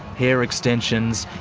hair extensions,